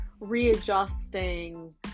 readjusting